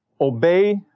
Obey